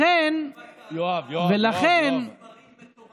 ולכן, ולכן, אתה יודע שמעולם, מספרים מטורפים.